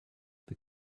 this